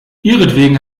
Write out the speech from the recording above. ihretwegen